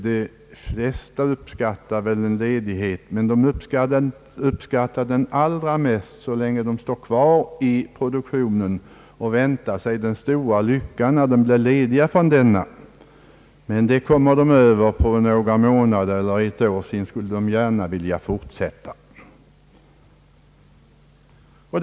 De flesta uppskattar väl ledighet, men säkert allra mest så länge som de står kvar i produktionen och väntar på den stora lyckan att bli lediga från denna. Men den lyckan kommer de över på några månader eller ett år! Sedan skulle de gärna vilja fortsätta arbetet igen.